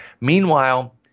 Meanwhile